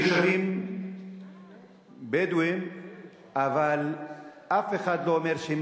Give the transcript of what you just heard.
תושבים בדואים אבל אף אחד לא אומר שהם